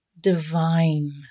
divine